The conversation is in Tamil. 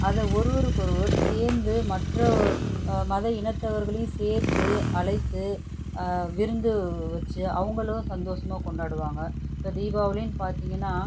அதை ஒருவருக்கு ஒருவர் சேந்து மற்ற மத இனத்தவர்களையும் சேர்த்து அழைத்து விருந்து வச்சி அவங்களும் சந்தோசமாக கொண்டாடுவாங்க இப்போ தீபாவளினு பார்த்திங்கன்னா